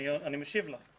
אני משיב לך.